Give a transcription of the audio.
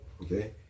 Okay